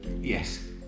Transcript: Yes